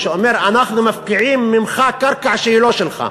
שאומר: אנחנו מפקיעים ממך קרקע שהיא לא שלך.